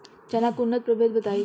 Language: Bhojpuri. चना के उन्नत प्रभेद बताई?